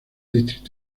distrito